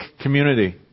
community